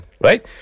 Right